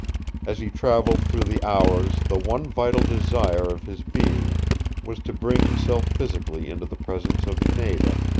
as he traveled through the hours the one vital desire of his being was to bring himself physically into the presence of nada,